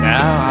Now